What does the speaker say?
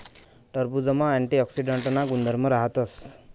टरबुजमा अँटीऑक्सीडांटना गुणधर्म राहतस